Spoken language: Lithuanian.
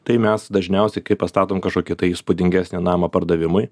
tai mes dažniausiai kai pastatom kažkokį tai įspūdingesnį namą pardavimui